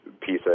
piece